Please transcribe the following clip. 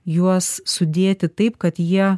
juos sudėti taip kad jie